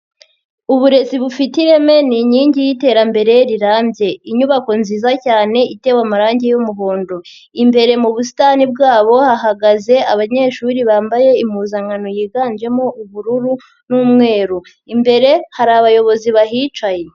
Uburezi bufite ireme ni inkingi y'iterambere rirambye. Inyubako nziza cyane itewe amarangi y'umuhondo. Imbere mu busitani bwabo hahagaze abanyeshuri bambaye impuzankano yiganjemo ubururu n'umweru. Imbere hari abayobozi bahicaye.